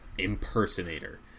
Impersonator